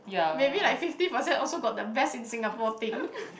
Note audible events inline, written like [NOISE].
maybe like fifty percent also got the best in Singapore thing [LAUGHS]